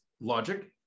logic